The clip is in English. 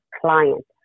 clients